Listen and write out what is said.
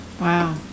Wow